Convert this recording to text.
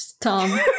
Tom